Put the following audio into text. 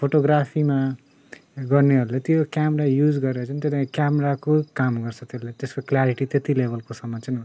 फोटोग्राफीमा गर्नेहरूले त्यो क्यामेरा युज गरेर चाहिँ त्यो त क्यामेराको काम गर्छ त्यसले त्यसको क्लारिटी त्यति लेभलकोसम्म चाहिँ हुन्छ